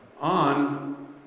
on